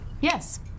Yes